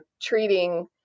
treating